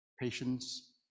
patience